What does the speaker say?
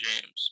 James